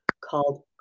called